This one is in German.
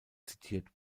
zitiert